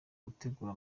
gutegura